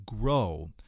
grow